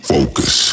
Focus